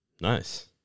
Nice